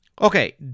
Okay